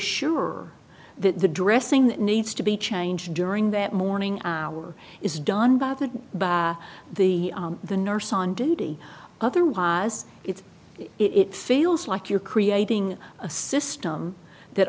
sure that the dressing that needs to be changed during that morning hour is done by the by the the nurse on duty otherwise it's it feels like you're creating a system that